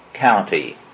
county